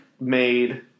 made